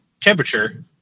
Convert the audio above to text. temperature